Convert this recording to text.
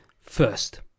first